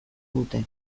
dute